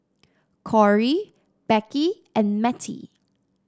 Korey Becky and Mettie